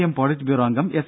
M politburo അംഗം S